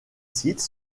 sites